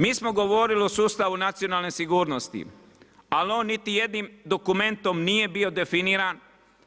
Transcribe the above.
Mi smo govorili o sustavu nacionalne sigurnosti ali on niti jednim dokumentom nije bio definiran